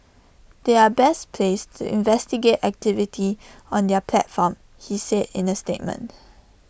they are best placed to investigate activity on their platform he said in A statement